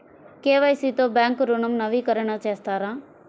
KYC తో bank ఋణం నవీకరణ చేస్తారా?